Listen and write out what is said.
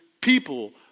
people